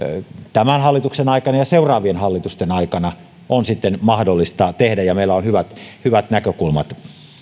tämän hallituksen aikana ja seuraavien hallitusten aikana on sitten mahdollista tehdä ja meillä on hyvät hyvät näkökulmat